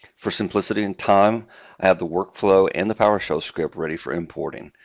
for simplicity and time, i have the workflow and the powershell script ready for importing.